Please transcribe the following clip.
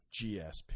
GSP